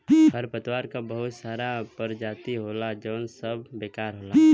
खरपतवार क बहुत सारा परजाती होला जौन सब बेकार होला